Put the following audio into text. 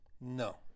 No